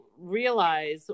realize